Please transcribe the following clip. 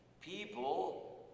people